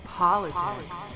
politics